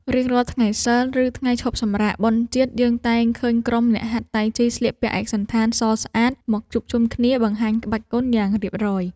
រៀងរាល់ថ្ងៃសីល ឬថ្ងៃឈប់សម្រាកបុណ្យជាតិ យើងតែងឃើញក្រុមអ្នកហាត់តៃជីស្លៀកពាក់ឯកសណ្ឋានសស្អាត មកជួបជុំគ្នាបង្ហាញក្បាច់គុណយ៉ាងរៀបរយ។